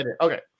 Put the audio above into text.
Okay